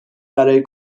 برای